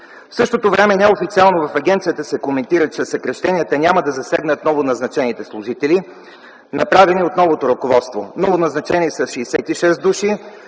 В същото време неофициално в агенцията се коментира, че съкращенията няма да засегнат новоназначените служители, направени от новото ръководство. Назначени са 66 души,